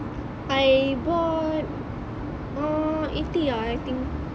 I bought ah eighty ah I think